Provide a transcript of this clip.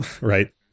right